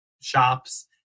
shops